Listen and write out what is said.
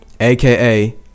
aka